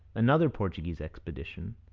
another portuguese expedition,